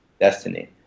destiny